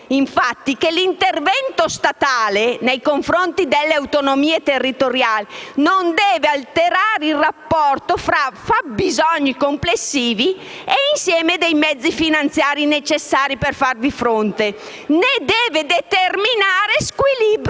chiarito che l'intervento statale nei confronti delle autonomie territoriali non deve alterare il rapporto tra fabbisogni complessivi e insieme dei mezzi finanziari necessari per farvi fronte, né determinare squilibri